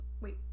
wait